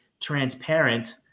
transparent